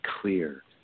clear